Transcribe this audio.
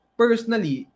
personally